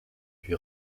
lui